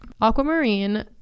Aquamarine